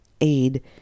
aid